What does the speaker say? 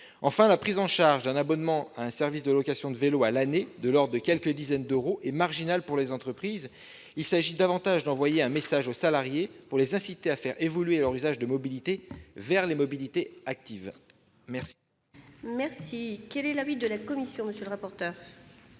de la prise en charge d'un abonnement à un service de location de vélos à l'année, de l'ordre de quelques dizaines d'euros, est marginal pour les entreprises. Il s'agit davantage d'envoyer un message aux salariés pour les inciter à faire évoluer leur usage de mobilité vers les mobilités actives. Quel est l'avis de la commission ? Les entreprises